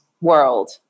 world